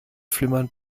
flimmern